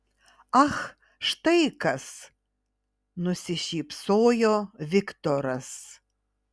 ach štai kas nusišypsojo viktoras